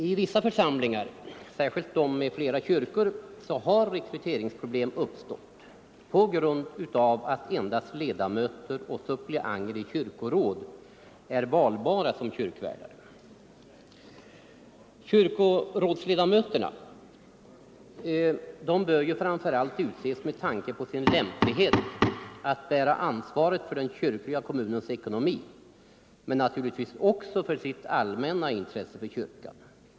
I vissa församlingar, särskilt de med flera kyrkor, har rekryteringsproblem uppstått på grund av att endast ledamöter och suppleanter i kyrkoråd är valbara som kyrkvärdar. Kyrkorådsledamöter bör ju framför allt utses med tanke på sin lämplighet att bära ansvaret för den kyrkliga kommunens ekonomi men naturligtvis också med tanke på sitt allmänna intresse för kyrkan.